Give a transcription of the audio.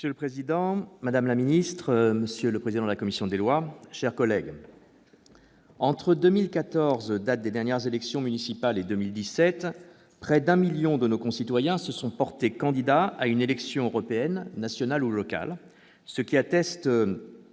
Monsieur le président, madame la ministre, monsieur le président de la commission, mes chers collègues, entre 2014, date des dernières élections municipales, et 2017, près d'un million de nos concitoyens se sont portés candidats à une élection européenne, nationale ou locale, ce qui atteste